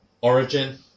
Origin